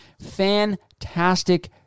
Fantastic